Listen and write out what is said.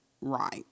right